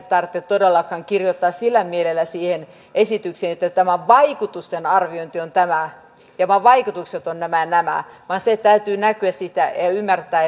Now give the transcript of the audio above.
tarvitse todellakaan kirjoittaa sillä mielellä siihen esitykseen että tämä vaikutusten arviointi on tämä ja vaikutukset ovat nämä ja nämä vaan sen täytyy näkyä siitä ja ymmärtää